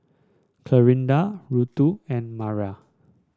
Clarinda Ruthe and Mara